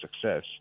success